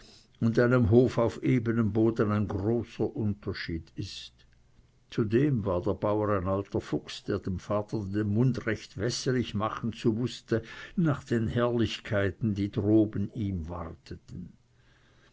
und einem hof auf ebenem boden ein großer unterschied ist zudem war der bauer ein alter fuchs der dem vater den mund recht wässerig zu machen wußte nach den herrlichkeiten die droben ihm warteten